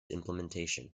implementation